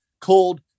called